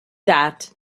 that